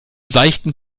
seichten